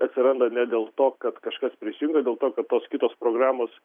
atsiranda ne dėl to kad kažkas prisijungia dėl to kad tos kitos programos